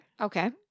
Okay